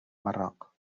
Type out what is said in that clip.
marroc